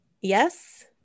yes